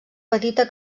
petita